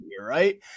right